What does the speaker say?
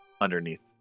underneath